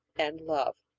and love.